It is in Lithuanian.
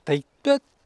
taip bet